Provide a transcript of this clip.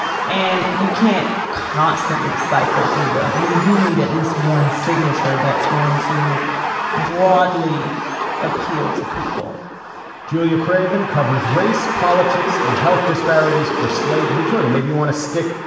and you can't constantly cycle through them. and you do need at least one signature that's going to broadly appeal to people julia craven covers race, politics and health disparities for slate. hey, julia. maybe you want to stick,